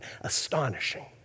Astonishing